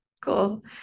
Cool